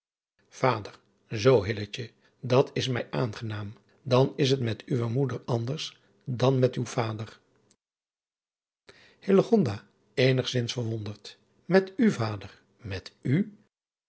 dat is mij aangenaam dan is het met uwe moeder anders dan met uw vader hillegonda eenigzins verwonderd met u vader met u